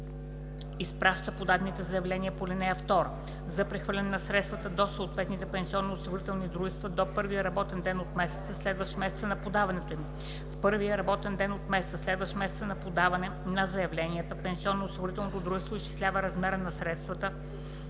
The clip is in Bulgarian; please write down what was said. изпраща подадените заявления по ал. 2 за прехвърляне на средствата до съответните пенсионноосигурителни дружества до първия работен ден от месеца, следващ месеца на подаването им. В първия работен ден от месеца, следващ месеца на подаване на заявленията, пенсионноосигурителното дружество изчислява размера на средствата